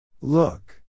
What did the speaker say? Look